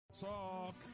Talk